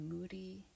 moody